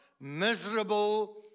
miserable